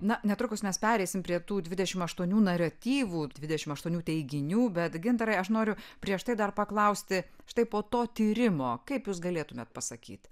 na netrukus mes pereisim prie tų dvidešimt aštuonių naratyvų dvidešimt aštuonių teiginių bet gintarai aš noriu prieš tai dar paklausti štai po to tyrimo kaip jūs galėtumėt pasakyti